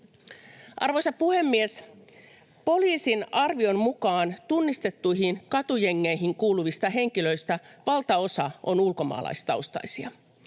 Arvoisa puhemies! Poliisin arvion mukaan tunnistettuihin katujengeihin kuuluvista henkilöistä valtaosa on ulkomaalaistaustaisia.